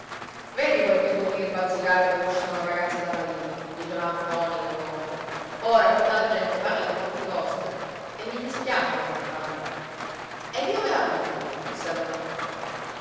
vedi quel che vuol dire bazzicare dove ci son ragazze da marito diceva a ntoni la longa ora tutta la gente parla dei fatti vostri e mi dispiace per la barbara ed io me la piglio disse allora ntoni